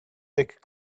thick